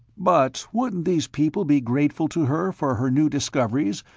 but wouldn't these people be grateful to her for her new discoveries,